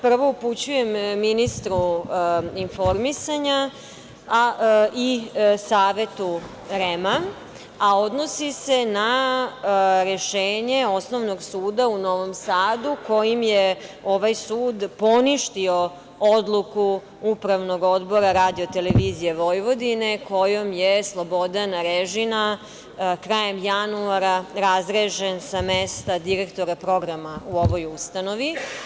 Prvo upućujem ministru informisanja i Savetu REM, a odnosi se na rešenje Osnovnog suda u Novom Sadu, kojim je ovaj sud poništio odluku upravnog odbora RTV, kojom je Slobodan Arežina krajem januara razrešen sa mesta direktora programa u ovoj ustanovi.